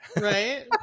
Right